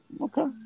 Okay